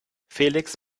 felix